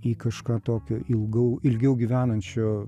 į kažką tokio ilgau ilgiau gyvenančio